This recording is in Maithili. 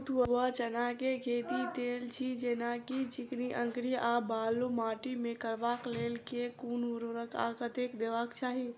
बूट वा चना केँ खेती, तेल छी जेना की चिकनी, अंकरी आ बालू माटि मे करबाक लेल केँ कुन उर्वरक आ कतेक देबाक चाहि?